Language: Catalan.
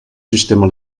sistema